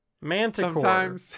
Manticore